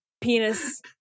penis